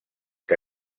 que